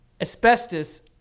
asbestos